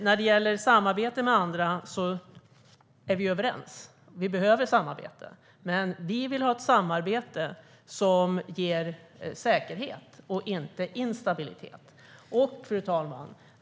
När det gäller samarbete med andra är vi överens om att vi behöver det, men vi vill se ett samarbete som ger säkerhet och inte instabilitet.